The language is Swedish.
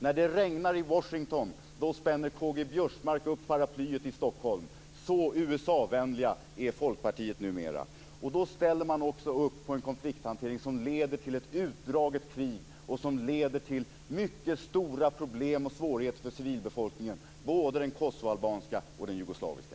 När det regnar i Washington spänner K-G Biörsmark upp paraplyet i Stockholm. Så USA-vänligt är Folkpartiet numera! Då ställer man också upp på en konflikthantering som leder till ett utdraget krig, mycket stora problem och svårigheter för civilbefolkningen, både den kosovoalbanska och den jugoslaviska.